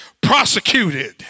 prosecuted